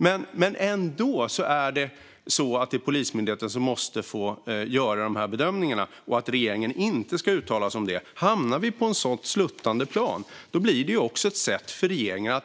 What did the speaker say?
Men det är Polismyndigheten som måste få göra bedömningarna, och regeringen ska inte uttala sig om det. Om vi hamnar på ett sådant sluttande plan blir det ett sätt för regeringen att